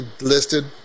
listed